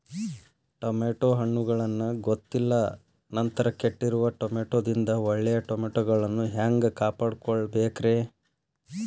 Tomato ಹಣ್ಣುಗಳನ್ನ ಗೊತ್ತಿಲ್ಲ ನಂತರ ಕೆಟ್ಟಿರುವ ಟಮಾಟೊದಿಂದ ಒಳ್ಳೆಯ ಟಮಾಟೊಗಳನ್ನು ಹ್ಯಾಂಗ ಕಾಪಾಡಿಕೊಳ್ಳಬೇಕರೇ?